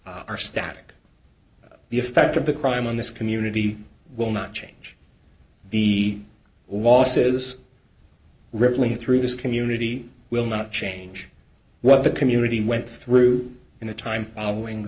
are static the effect of the crime on this community will not change the loss is rippling through this community will not change what the community went through in a time following the